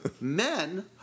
men